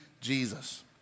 Jesus